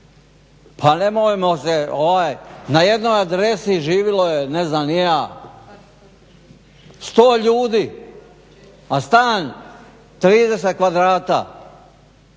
Pa nemojmo se na jednoj adresi živilo je ne znam ni ja 100 ljudi, a stan 30 kvadrata.